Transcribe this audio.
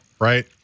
right